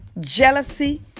jealousy